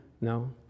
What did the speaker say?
No